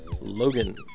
Logan